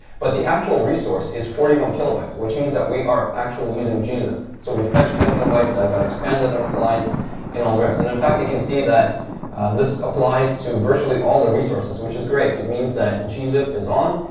but the actual resource is forty one kilobytes, which means that we are actually using gzip. so we've fetched ten kilobytes. that got expanded on a client and all the rest. and in fact, you can see that this applies to virtually all of the resources, which is great. it means that gzip is on.